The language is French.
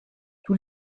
tous